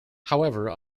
however